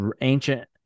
ancient